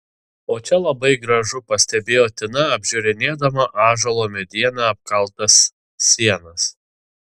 o čia labai gražu pastebėjo tina apžiūrinėdama ąžuolo mediena apkaltas sienas